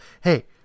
hey